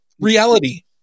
reality